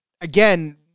again